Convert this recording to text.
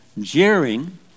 jeering